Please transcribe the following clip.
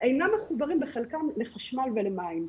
אינם מחוברים בחלקם לחשמל ולמים,